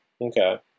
Okay